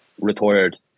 retired